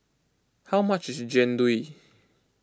how much is Jian Dui